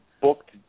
booked